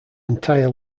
entire